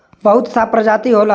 बहुत सा प्रजाति होला